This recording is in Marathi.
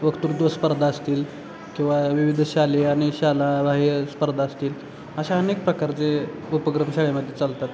वक्तृत्व स्पर्धा असतील किंवा विविध शालेय आणि शालाबाह्य स्पर्धा असतील अशा अनेक प्रकारचे उपक्रम शाळेमध्ये चालतात